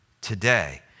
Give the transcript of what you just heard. today